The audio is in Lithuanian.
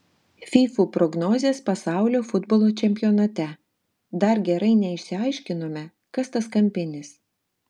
fyfų prognozės pasaulio futbolo čempionate dar gerai neišsiaiškinome kas tas kampinis